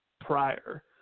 prior